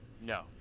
No